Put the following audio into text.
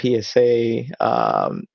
PSA